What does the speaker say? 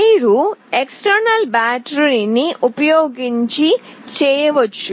మీరు ఈ బాహ్య బ్యాటరీ ని ఉపయోగించి చేయవచ్చు